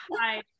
hi